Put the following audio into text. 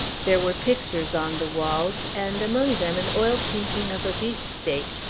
there were pictures on the walls, and among them an oil-painting of a beefsteak,